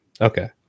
okay